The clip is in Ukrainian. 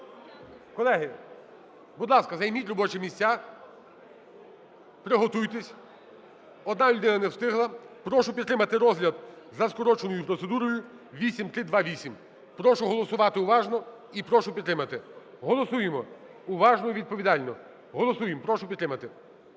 Колеги, будь ласка, займіть робочі місця, приготуйтесь, одна людина не встигла. Прошу підтримати розгляд за скороченою процедурою 8328, прошу голосувати уважно і прошу підтримати. Голосуємо уважно і відповідально. Голосуємо, прошу підтримати.